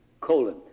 colon